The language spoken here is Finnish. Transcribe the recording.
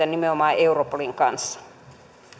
nimenomaan europolin kanssa